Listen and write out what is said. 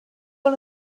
one